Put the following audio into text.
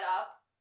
up